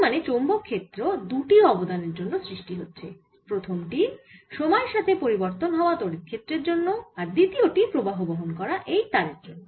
তার মানে চৌম্বক ক্ষেত্র দুটি অবদানের জন্য সৃষ্টি হচ্ছে প্রথম টি সময়ের সাথে পরিবর্তন হওয়া তড়িৎ ক্ষেত্রের জন্য আর দ্বিতীয় প্রবাহ বহন করা এই তারের জন্য